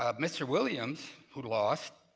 ah mr. williams, who lost,